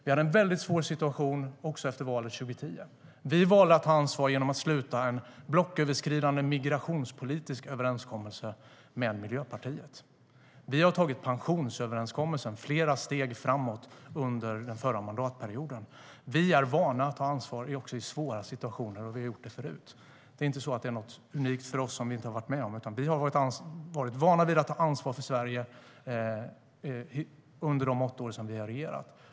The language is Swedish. Vi hade en mycket svår situation också efter valet 2010. Vi valde att ta ansvar genom att sluta en blocköverskridande migrationspolitisk överenskommelse med Miljöpartiet. Vi har tagit pensionsöverenskommelsen flera steg framåt under den förra mandatperioden. Vi är vana att ta ansvar också i svåra situationer och har gjort det förut. Det är inte något unikt för oss som vi inte har varit med om, utan vi har varit vana vid att ta ansvar för Sverige under de åtta år som vi har regerat.